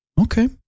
okay